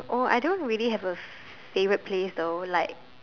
oh I don't really have a favourite place though like